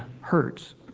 hurts